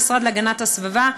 המשרד להגנת הסביבה,